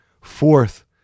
Fourth